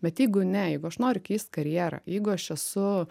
bet jeigu ne jeigu aš noriu keist karjerą jeigu aš esu